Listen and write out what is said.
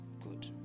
Good